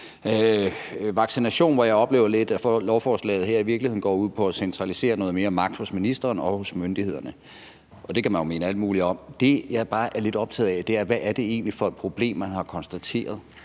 vaccination, hvor jeg oplever, at lovforslaget her i virkeligheden går ud på at centralisere noget mere magt hos ministeren og hos myndighederne. Og det kan man jo mene alt muligt om, men det, jeg bare er lidt optaget af, er, hvad det egentlig er for et problem, man har konstateret,